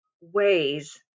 ways